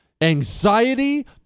anxiety